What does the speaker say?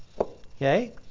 Okay